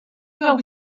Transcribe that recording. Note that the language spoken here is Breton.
veur